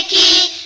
e